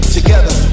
Together